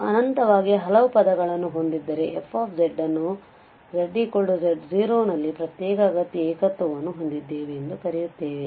ಇದು ಅನಂತವಾಗಿ ಹಲವು ಪದಗಳನ್ನು ಹೊಂದಿದ್ದರೆ f ಅನ್ನು zz0ನಲ್ಲಿ ಪ್ರತ್ಯೇಕ ಅಗತ್ಯ ಏಕತ್ವವನ್ನು ಹೊಂದಿದ್ದೇವೆ ಎಂದು ಕರೆಯುತ್ತೇವೆ